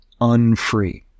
unfree